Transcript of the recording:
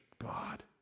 God